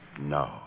No